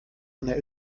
einer